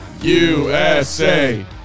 USA